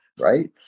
Right